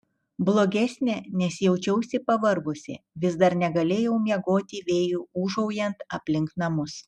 blogesnė nes jaučiausi pavargusi vis dar negalėjau miegoti vėjui ūžaujant aplink namus